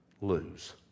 lose